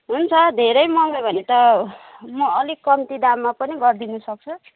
हुन्छ धेरै मगायो भने त म अलिक कम्ती दाममा पनि गरिदिन सक्छु